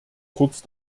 dazu